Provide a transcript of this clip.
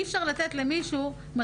זאת אומרת,